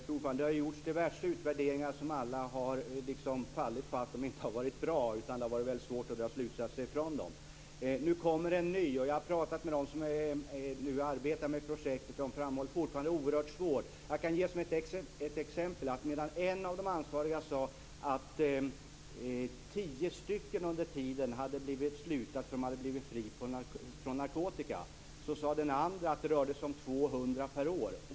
Fru talman! Det har gjorts diverse utvärderingar som alla har fallit på att de inte har varit bra. Det har varit svårt att dra slutsatser från dem. Nu har det kommit en ny. Jag har pratat med dem som arbetar med projektet. De framhåller att det är fortfarande oerhört svårt. Jag kan ge ett exempel: När en av de ansvariga sade att tio hade blivit fria från narkotikaberoende, sade en annan att det rörde sig om 200 per år.